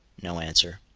no answer.